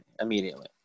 immediately